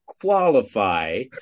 qualify